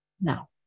now